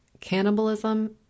cannibalism